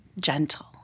gentle